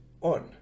on